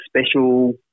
special